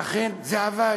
ואכן, זה עבד.